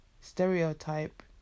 Stereotype